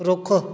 ਰੁੱਖ